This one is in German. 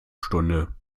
stunde